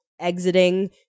exiting